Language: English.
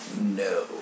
No